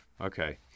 Okay